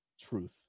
truth